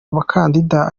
abakandida